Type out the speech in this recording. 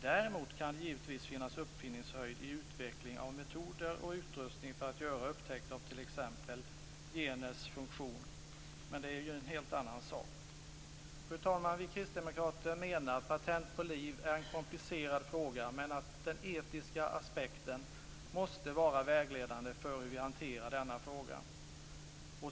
Däremot kan det givetvis finnas uppfinningshöjd i utveckling av metoder och utrustning för att göra upptäckter av t.ex. geners funktion, men det är en helt annan sak. Fru talman! Vi kristdemokrater menar att patent på liv är en komplicerad fråga men att den etiska aspekten måste vara vägledande för hur vi hanterar denna fråga.